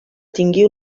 tingui